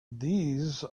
these